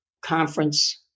conference